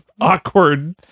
awkward